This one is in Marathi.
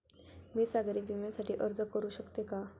मी सागरी विम्यासाठी अर्ज करू शकते का?